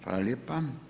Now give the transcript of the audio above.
Hvala lijepa.